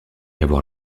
avoir